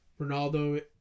Ronaldo